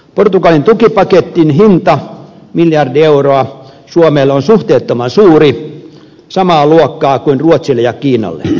portugalin tukipaketin hinta miljardi euroa suomelle on suhteettoman suuri samaa luokkaa kuin ruotsille ja kiinalle